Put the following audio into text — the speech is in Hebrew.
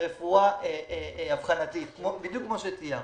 ברפואה אבחנתית, בדיוק כמו שתיארת.